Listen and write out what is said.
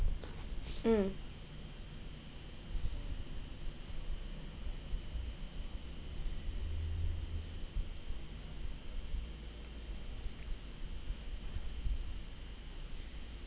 mm